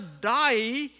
die